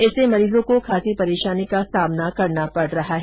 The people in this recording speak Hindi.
इससे मरीजों को खासी परेशानी का सामना करना पड़ रहा है